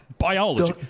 Biology